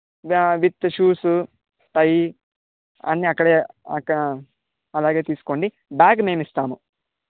bag with shoes tie అన్నీ అక్కడే అక్కడ అలాగే తీసుకోండి బ్యాగ్ మేము ఇస్తాము